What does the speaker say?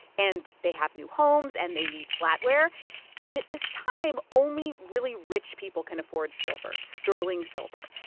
and they have new homes, and they need flatware and at this time, only really rich people can afford silver sterling silver.